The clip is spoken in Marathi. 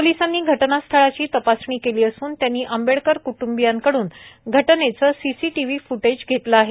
पोलीसांनी घटनास्थळाची तपासणी केली असून त्यांनी आंबेडकर क्ट्ंबियांकडून घटनेचं सीसीटीव्ही फ्टेज घेतलं आहे